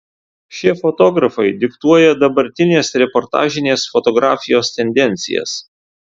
šie fotografai diktuoja dabartinės reportažinės fotografijos tendencijas